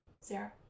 Sarah